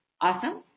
Awesome